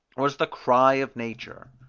was the cry of nature.